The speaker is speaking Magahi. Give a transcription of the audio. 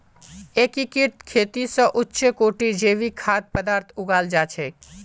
एकीकृत खेती स उच्च कोटिर जैविक खाद्य पद्दार्थ उगाल जा छेक